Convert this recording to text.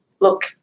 look